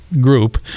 group